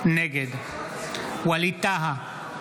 נגד ווליד טאהא,